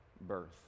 birth